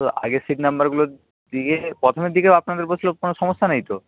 তো আগের সিট নাম্বারগুলো প্রথমের দিকেও আপনাদের কোনো সমস্যা নেই তো